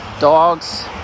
dogs